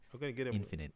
infinite